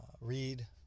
read